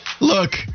Look